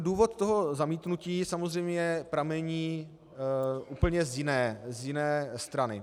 Důvod toho zamítnutí samozřejmě pramení úplně z jiné strany.